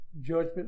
judgment